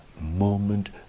moment